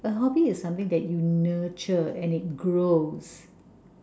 a hobby is something that you nurture and it grows